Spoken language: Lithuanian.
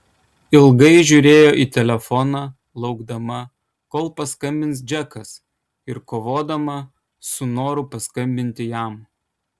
ilgai žiūrėjo į telefoną laukdama kol paskambins džekas ir kovodama su noru paskambinti jam